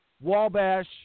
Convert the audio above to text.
Wabash